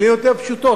במלים יותר פשוטות,